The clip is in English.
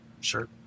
Sure